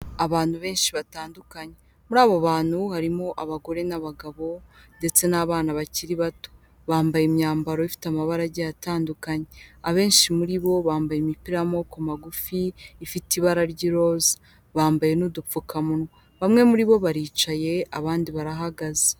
Abantu benshi batandukanye, muri abo bantu harimo abagore n'abagabo ndetse n'abana bakiri bato, bambaye imyambaro ifite amabara agiye atandukanye, abenshi muri bo bambaye imipira y'amaboko magufi ifite ibara ry'iroza, bambaye n'udupfukamunwa, bamwe muri bo baricaye abandi barahagaze.